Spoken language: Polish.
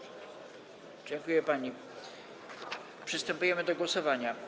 Przystępujemy do głosowania.